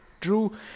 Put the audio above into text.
true